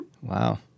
Wow